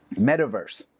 metaverse